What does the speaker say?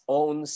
own